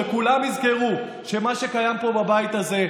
וכולם יזכרו שמה שקיים פה בבית הזה,